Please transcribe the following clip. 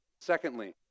Secondly